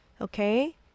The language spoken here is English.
Okay